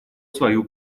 свою